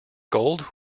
gold